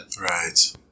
Right